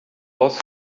was